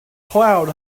cloud